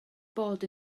bod